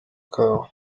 kabo